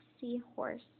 seahorse